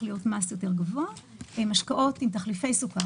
להיות מס גבוה יותר; לגבי משקאות עם תחליפי סוכר,